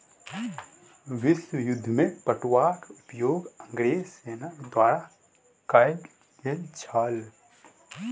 विश्व युद्ध में पटुआक उपयोग अंग्रेज सेना द्वारा कयल गेल छल